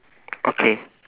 okay